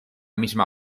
misma